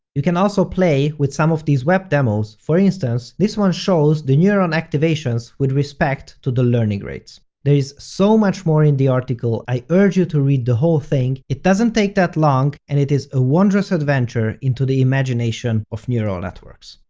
you can also play with some of these web demos, for instance, this one shows the neuron activations with respect to the learning rates. there is so much more in the article, i urge you to read the whole thing, it doesn't take that long and it is a wondrous adventure into the imagination of neural networks.